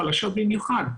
חלשות במיוחד.